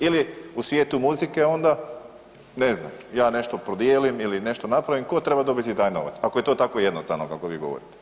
Ili u svijetu muzike onda, ne znam ja nešto podijelim ili nešto napravim tko treba dobiti taj novac, ako je to tako jednostavno kako vi govorite?